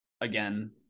again